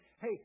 hey